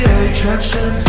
attraction